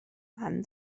man